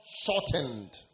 shortened